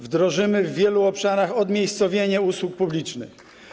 Wdrożymy w wielu obszarach odmiejscowienie usług publicznych.